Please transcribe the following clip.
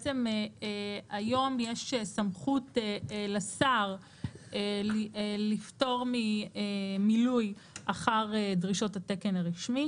היום יש סמכות לשר לפטור ממילוי אחר דרישות התקן הרשמי.